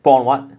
put one what